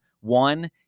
one